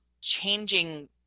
changing